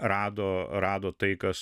rado rado tai kas